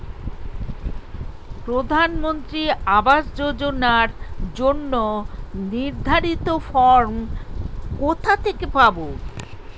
প্রধানমন্ত্রী আবাস যোজনার জন্য নির্ধারিত ফরম কোথা থেকে পাব?